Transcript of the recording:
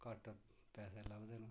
घट्ट पैसे लभदे न